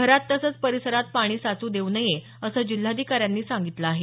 घरात तसंच परिसरात पाणी साचू देऊ नये असं जिल्हाधिकाऱ्यांनी सांगितलं आहे